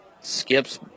skips